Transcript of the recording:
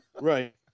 Right